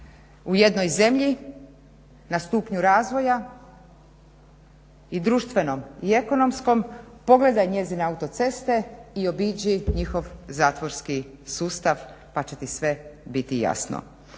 u jednoj zemlji na stupnju razvoja i društvenom i gospodarskom pogledaj njezine autoceste i obiđi njihov zatvorski sustav pa će ti sve biti jasno.